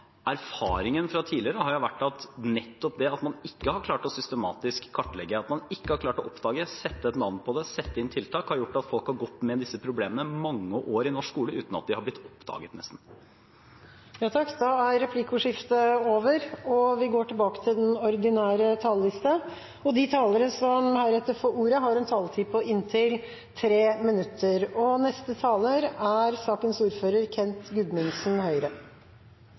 Erfaringen fra tidligere har jo vært at nettopp det at man ikke har klart systematisk å kartlegge, at man ikke har klart å oppdage og sette et navn på det og sette inn tiltak, har gjort at folk har gått med disse problemene i mange år i norsk skole uten at de har blitt oppdaget, nesten. Da er replikkordskiftet over. De talere som heretter får ordet, har en taletid på inntil 3 minutter.